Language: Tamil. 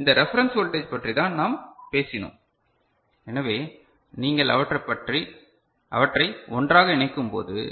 இந்த ரெபரன்ஸ் வோல்டேஜ் பற்றிதான் நாம் பேசினோம் எனவே நீங்கள் அவற்றை ஒன்றாக இணைக்கும்போது